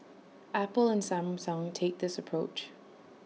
Apple and Samsung take this approach